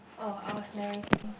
oh I was narrating